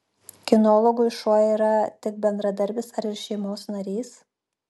kinologui šuo yra tik bendradarbis ar ir šeimos narys